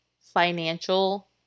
financial